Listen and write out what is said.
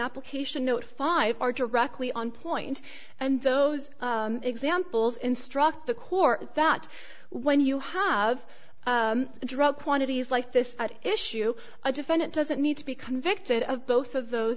application note five are directly on point and those examples instruct the court that when you have a drug quantities like this at issue a defendant doesn't need to be convicted of both of those